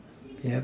yup